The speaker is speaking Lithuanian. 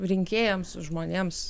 rinkėjams žmonėms